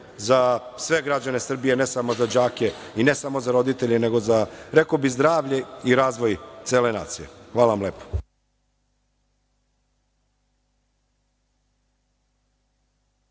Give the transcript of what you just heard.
za sve građane Srbije, a ne samo za đake i ne samo za roditelje, nego, rekao bih, zdravlje i razvoj cele nacije. Hvala vam lepo.